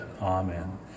Amen